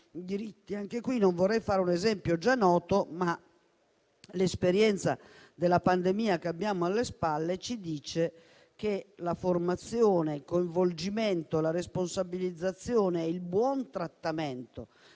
diritti. Non vorrei fare un esempio già noto, ma l'esperienza della pandemia che abbiamo alle spalle ci dice che la formazione, il coinvolgimento, la responsabilizzazione e il buon trattamento